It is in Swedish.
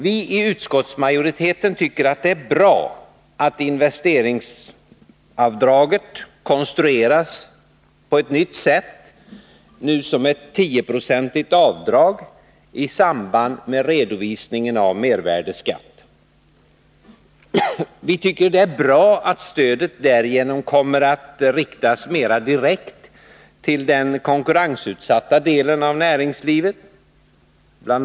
Vi i utskottsmajoriteten tycker det är bra att investeringsavdraget konstrueras på ett nytt sätt, som ett 10-procentigt avdrag i samband med redovisningen av mervärdesskatt. Vi tycker det är bra att stödet därigenom kommer att riktas mera direkt till den konkurrensutsatta delen av näringslivet. Bl.